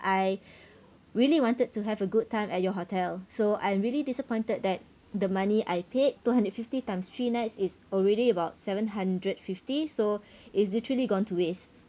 I really wanted to have a good time at your hotel so I'm really disappointed that the money I paid two hundred fifty times three nights is already about seven hundred fifty so it's literally gone to waste